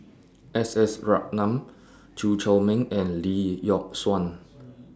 S S Ratnam Chew Chor Meng and Lee Yock Suan